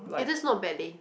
eh that's not bad leh